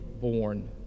born